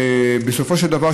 בסופו של דבר,